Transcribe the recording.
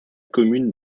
commune